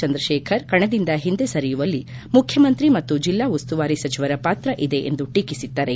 ಚಂದ್ರಕೇಖರ್ ಕಣದಿಂದ ಹಿಂದೆ ಸರಿಯುವಲ್ಲಿ ಮುಖ್ಯಮಂತ್ರಿ ಮತ್ತು ಜಿಲ್ಲಾ ಉಸ್ತುವಾರಿ ಸಚಿವರ ಪಾತ್ರ ಇದೆ ಎಂದು ಟೀಕಿಸಿದ್ದಾರೆ